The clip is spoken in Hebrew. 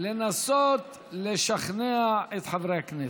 לנסות לשכנע את חברי הכנסת.